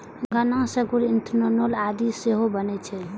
गन्ना सं गुड़, इथेनॉल आदि सेहो बनै छै